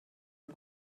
are